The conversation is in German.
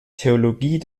theologie